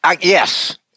Yes